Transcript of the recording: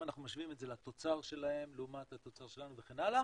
אם משווים את זה לתוצר שלהם לעומת התוצר שלנו וכן הלאה,